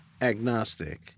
agnostic